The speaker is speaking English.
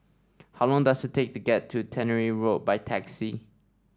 how long does it take to get to Tannery Road by taxi